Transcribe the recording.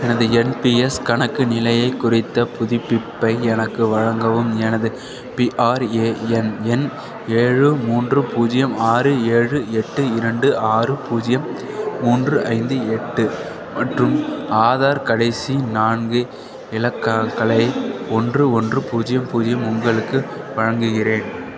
எனது என்பிஎஸ் கணக்கு நிலையை குறித்த புதுப்பிப்பை எனக்கு வழங்கவும் எனது பிஆர்ஏஎன் எண் ஏழு மூன்று பூஜ்யம் ஆறு ஏழு எட்டு இரண்டு ஆறு பூஜ்யம் மூன்று ஐந்து எட்டு மற்றும் ஆதார் கடைசி நான்கு இலக்காக்களை ஒன்று ஒன்று பூஜ்யம் பூஜ்யம் உங்களுக்கு வழங்குகிறேன்